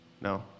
No